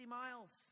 miles